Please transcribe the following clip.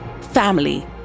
Family